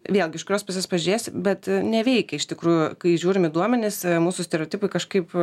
vėlgi iš kurios pusės pažiūrėsi bet neveikia iš tikrųjų kai žiūrim į duomenis mūsų stereotipai kažkaip